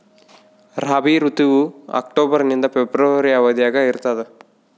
ರಾಬಿ ಋತುವು ಅಕ್ಟೋಬರ್ ನಿಂದ ಫೆಬ್ರವರಿ ಅವಧಿಯಾಗ ಇರ್ತದ